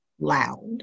loud